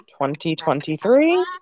2023